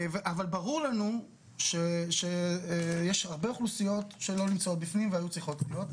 ברור לנו שיש הרבה אוכלוסיות שלא נמצאות בפנים והיו צריכות להיות.